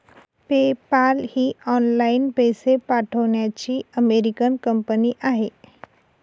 PayPal ही online पैसे पाठवण्याची अमेरिकन कंपनी आहे